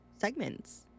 segments